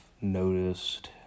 noticed